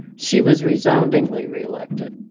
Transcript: she was resoundingly reelected